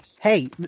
Hey